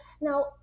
now